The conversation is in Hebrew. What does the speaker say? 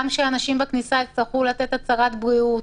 גם שאנשים בכניסה יצטרכו לתת הצהרת בריאות.